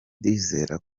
ndizera